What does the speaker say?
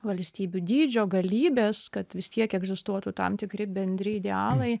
valstybių dydžio galybės kad vis tiek egzistuotų tam tikri bendri idealai